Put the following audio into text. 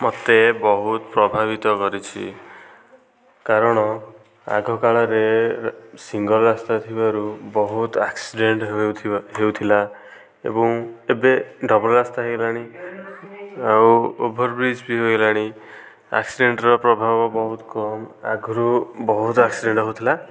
ମୋତେ ବହୁତ ପ୍ରଭାବିତ କରିଛି କାରଣ ଆଗକାଳରେ ସିଂଗଲ ରାସ୍ତା ଥିବାରୁ ବହୁତ ଏକ୍ସିଡେନ୍ଟ ହେଉଥିବା ହେଉଥିଲା ଏବଂ ଏବେ ଡବଲ ରାସ୍ତା ହେଲାଣି ଆଉ ଓଭାରବ୍ରିଜ ବି ହେଲାଣି ଏକ୍ସିଡେନ୍ଟ ର ପ୍ରଭାବ ବହୁତ କମ୍ ଆଗରୁ ବହୁତ ଏକ୍ସିଡେନ୍ଟ ହେଉଥିଲା